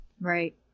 Right